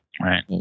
right